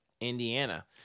indiana